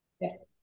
Yes